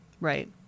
Right